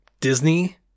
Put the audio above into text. Disney